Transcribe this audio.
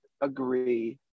agree